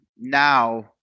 now